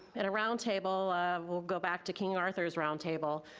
and a roundtable will go back to king arthur's roundtable.